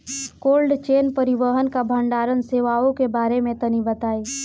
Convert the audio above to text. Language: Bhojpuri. कोल्ड चेन परिवहन या भंडारण सेवाओं के बारे में तनी बताई?